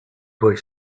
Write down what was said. was